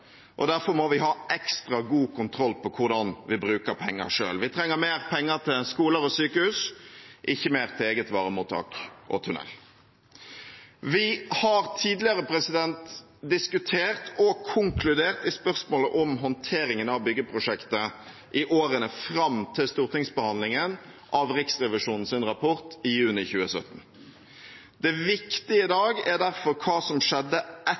og derfor må vi ha ekstra god kontroll på hvordan vi bruker penger selv. Vi trenger mer penger til skoler og sykehus, ikke mer til eget varemottak og tunnel. Vi har tidligere diskutert og konkludert i spørsmålet om håndteringen av byggeprosjektet i årene fram til stortingsbehandlingen av Riksrevisjonens rapport i juni 2017. Det viktige i dag er derfor hva som skjedde etter